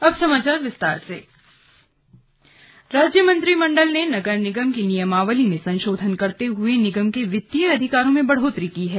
slug cabinet बैठक राज्य मंत्रिमंडल ने नगर निगम की नियमावली में संशोधन करते हुए निगम के वित्तीय अधिकारों में बढ़ोतरी की है